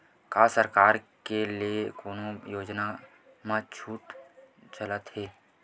का सरकार के ले कोनो योजना म छुट चलत हे?